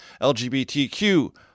LGBTQ